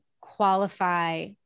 qualify